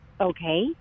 Okay